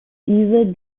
diese